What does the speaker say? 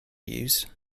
used